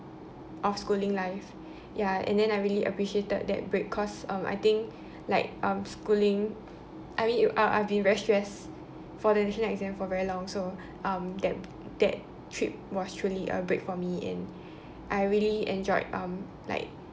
of schooling life ya and then I really appreciated that break cause um I think like um schooling I mean I've I've been very stressed for the national exam for very long so um that that trip was truly a break for me and I really enjoyed um like